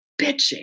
bitching